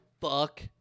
Fuck